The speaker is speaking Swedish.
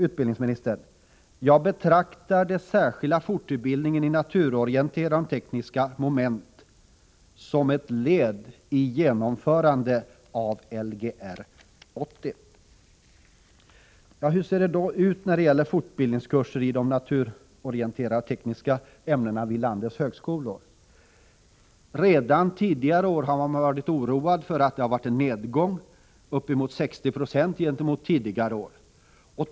Utbildningsministern betraktar den särskilda fortbildningen i naturorienterande och tekniska moment som ett led i genomförandet av Lgr 80. Hur ser det då ut när det gäller fortbildningskurser i naturorientering/ teknik vid landets högskolor? Redan tidigare år har man varit oroad över att det varit en nedgång — ca 60 96 föregående år.